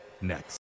next